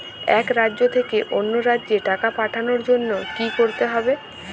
এক রাজ্য থেকে অন্য রাজ্যে টাকা পাঠানোর জন্য কী করতে হবে?